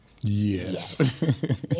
Yes